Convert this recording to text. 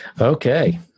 Okay